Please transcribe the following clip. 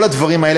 כל הדברים האלה,